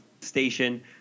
station